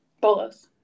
Bolos